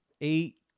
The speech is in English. Eight